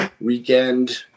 weekend